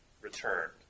returned